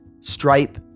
stripe